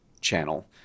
channel